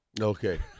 Okay